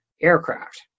aircraft